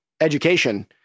education